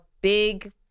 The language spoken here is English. big